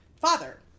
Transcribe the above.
father